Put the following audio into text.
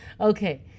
Okay